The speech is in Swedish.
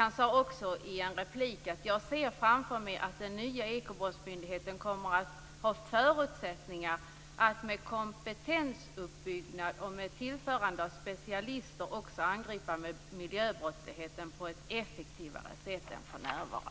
Han sade också i en replik: "Jag ser framför mig att den nya ekobrottsmyndigheten kommer att ha förutsättningar att med kompetensuppbyggnaden och med tillförande av specialister också angripa miljöbrottsligheten på ett effektivare sätt än för närvarande."